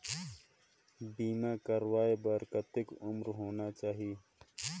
बीमा करवाय बार कतेक उम्र होना चाही?